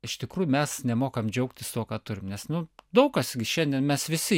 iš tikrųjų mes nemokam džiaugtis tuo ką turim nes nu daug kas šiandien mes visi